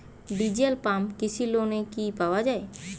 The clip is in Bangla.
ডিজেল পাম্প কৃষি লোনে কি পাওয়া য়ায়?